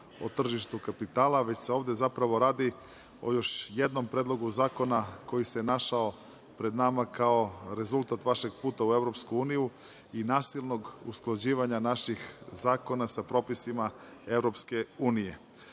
o tržištu kapitala, već se ovde zapravo radi o još jednom predlogu zakona koji se našao pred nama kao rezultat vašeg puta u EU i nasilnog usklađivanja naših zakona sa propisima EU.